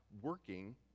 working